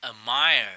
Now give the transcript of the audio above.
admire